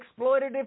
exploitative